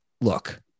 look